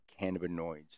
cannabinoids